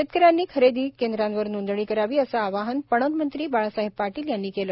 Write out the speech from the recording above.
शेतकऱ्यांनी खरेदी केंद्रावर नोंदणी करावी असे आवाहन पणन मंत्री बाळासाहेब पाटील यांनी केले